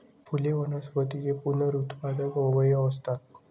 फुले वनस्पतींचे पुनरुत्पादक अवयव असतात